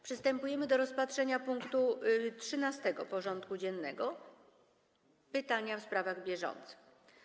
Przystępujemy do rozpatrzenia punktu 13. porządku dziennego: Pytania w sprawach bieżących.